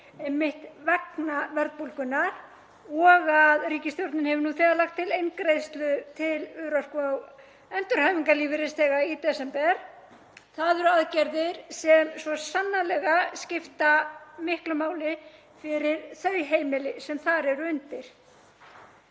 einmitt vegna verðbólgunnar og að ríkisstjórnin hefur nú þegar lagt til eingreiðslu til örorku- og endurhæfingarlífeyrisþega í desember. Það eru aðgerðir sem svo sannarlega skipta miklu máli fyrir þau heimili sem þar eru undir.